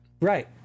right